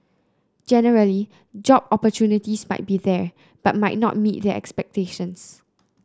generally job opportunities might be there but might not meet their expectations